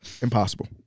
Impossible